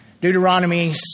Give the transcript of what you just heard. Deuteronomy